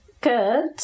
Good